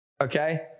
Okay